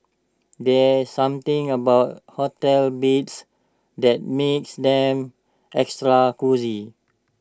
there's something about hotel beds that makes them extra cosy